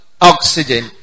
oxygen